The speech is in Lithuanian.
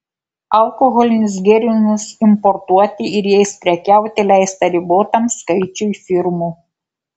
alkoholinius gėrimus importuoti ir jais prekiauti leista ribotam skaičiui firmų